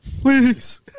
please